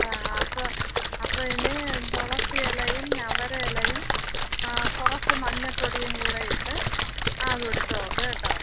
ആ ആ അപ്പോൾ അപ്പോൾ ഇനി തുളസി ഇലയും ഞവര ഇലയും കുറച്ച് മഞ്ഞപ്പൊടിയും കൂടി ഇട്ട് ആവി പിടിച്ച് നോക്ക് കേട്ടോ